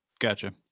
Gotcha